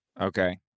Okay